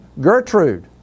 Gertrude